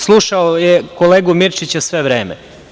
Slušao je kolegu Mirčića sve vreme.